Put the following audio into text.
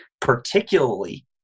particularly